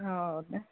हो ना